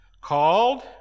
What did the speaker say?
called